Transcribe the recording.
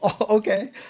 Okay